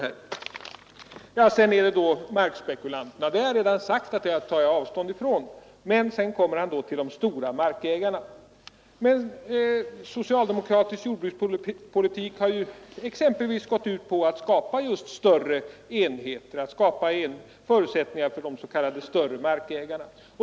Att jag tar avstånd från markspekulanterna, har jag flera gånger tidigare sagt. Sedan kom då statsrådet Lidbom in på de stora markägarna. Vad menas? Socialdemokratisk jordbrukspolitik har ju exempelvis gått ut på att skapa just större enheter och att skapa förutsättningar för de s.k. större markägarna.